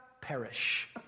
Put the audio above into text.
perish